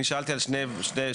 אני שאלתי על שתי אפשרויות.